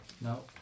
No